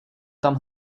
tam